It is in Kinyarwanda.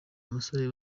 umusore